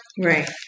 Right